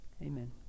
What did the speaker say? Amen